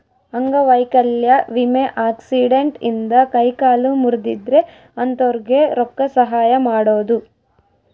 ಅಂಗವೈಕಲ್ಯ ವಿಮೆ ಆಕ್ಸಿಡೆಂಟ್ ಇಂದ ಕೈ ಕಾಲು ಮುರ್ದಿದ್ರೆ ಅಂತೊರ್ಗೆ ರೊಕ್ಕ ಸಹಾಯ ಮಾಡೋದು